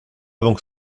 avant